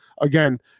again